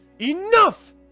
Enough